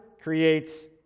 creates